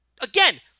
again